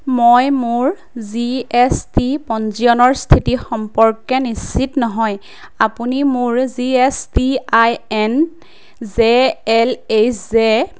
মই মোৰ G S T পঞ্জীয়নৰ স্থিতি সম্পৰ্কে নিশ্চিত নহয় আপুনি মোৰ G S T I N J L H J